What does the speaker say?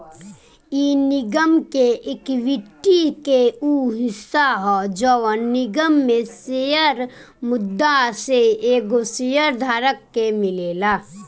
इ निगम के एक्विटी के उ हिस्सा ह जवन निगम में शेयर मुद्दा से एगो शेयर धारक के मिलेला